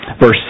Verse